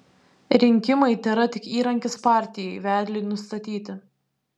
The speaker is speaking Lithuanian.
rinkimai tėra tik įrankis partijai vedliui nustatyti